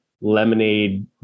lemonade